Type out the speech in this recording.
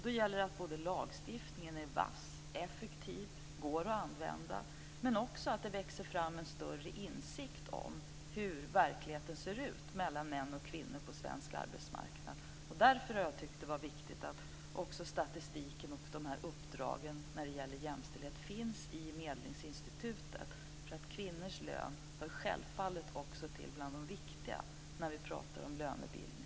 Då gäller det att lagstiftningen är vass, effektiv och går att använda, men också att det växer fram en större insikt om hur verkligheten ser ut mellan män och kvinnor på svensk arbetsmarknad. Därför har jag tyckt att det varit viktigt att statistiken och uppdragen när det gäller jämställdhet finns i medlingsinstitutet. Kvinnors löner hör självfallet till det som är viktigt när vi pratar om lönebildningen.